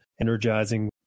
energizing